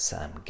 Sam